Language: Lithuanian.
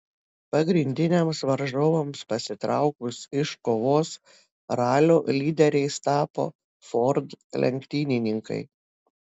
pagrindiniams varžovams pasitraukus iš kovos ralio lyderiais tapo ford lenktynininkai